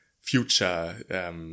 future